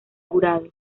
jurado